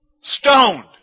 Stoned